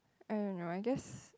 I don't know I just